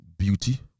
Beauty